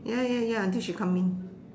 ya ya ya until she come in